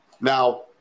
Now